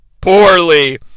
poorly